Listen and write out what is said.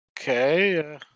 Okay